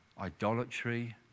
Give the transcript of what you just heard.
idolatry